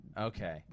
Okay